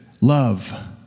love